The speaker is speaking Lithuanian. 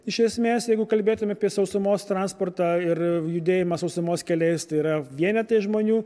iš esmės jeigu kalbėtume apie sausumos transportą ir judėjimą sausumos keliais tai yra vienetai žmonių